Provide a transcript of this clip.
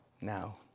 now